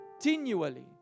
continually